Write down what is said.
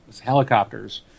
helicopters